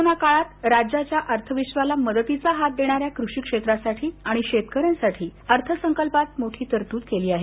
corona काळात राज्याच्या अर्थविक्षाला मदतीचा हात देणाऱ्या कृषी क्षेत्रासाठी आणि शेतकऱ्यांसाठी अर्थसंकल्पात मोठी तरतूद केली आहे